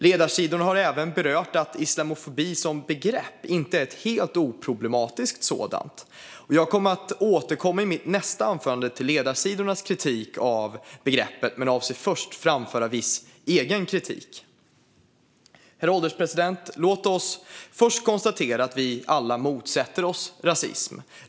Ledarsidorna har även berört att islamofobi som begrepp inte är ett helt oproblematiskt sådant. Jag kommer att återkomma i mitt nästa anförande till Ledarsidornas kritik av begreppet, men avser först att framföra viss egen kritik. Herr ålderspresident! Låt oss först konstatera att vi alla motsätter oss rasism.